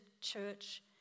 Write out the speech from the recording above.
church